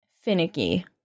finicky